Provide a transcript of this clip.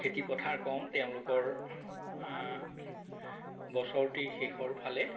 খেতি পথাৰ কম তেওঁলোকৰ বছৰটিৰ শেষৰফালে